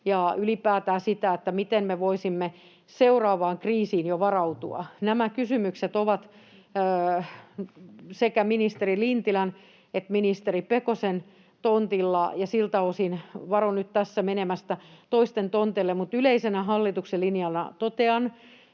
ja ylipäätään sitä, miten me voisimme seuraavaan kriisiin jo varautua. Nämä kysymykset ovat sekä ministeri Lintilän että ministeri Pekosen tontilla, ja siltä osin varon nyt tässä menemästä toisten tonteille, mutta yleisenä hallituksen linjana totean